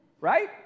Right